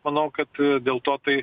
manau kad dėl to tai